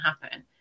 happen